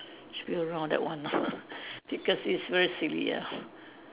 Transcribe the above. should be around that one lah because it's very silly ah